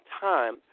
time